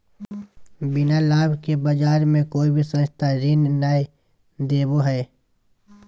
बिना लाभ के बाज़ार मे कोई भी संस्था ऋण नय देबो हय